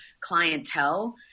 clientele